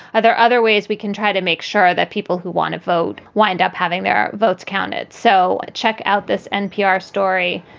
are there other ways we can try to make sure that people who want to vote. why end up having their votes counted? so check out this npr story.